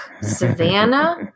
Savannah